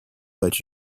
but